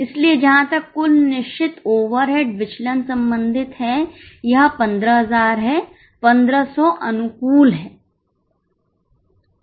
इसलिएजहां तक कुल निश्चित ओवरहेडविचलन संबंधित है यह 15000 है 1500 अनुकूल है